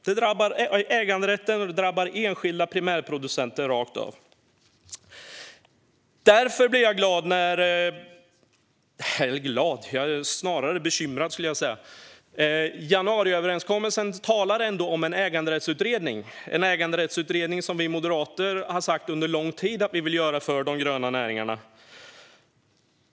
Det drabbar äganderätten och enskilda primärproducenter. Därför blir jag glad - eller kanske snarare bekymrad - när januariöverenskommelsen nämner en äganderättsutredning. Det är en utredning som vi moderater under lång tid har sagt att vi vill göra för de gröna näringarna.